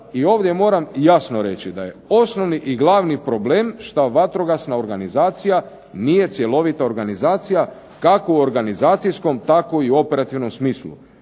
i ovdje moram jasno reći da je osnovni i glavni problem što vatrogasna organizacija nije cjelovita organizacija kako u organizacijskom tako i u operativnom smislu.